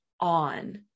on